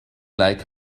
like